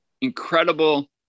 incredible